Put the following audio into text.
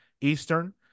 Eastern